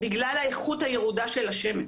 בגלל האיכות הירודה של השמן.